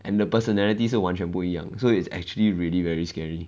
and the personality 是完全不一样 so it's actually really very scary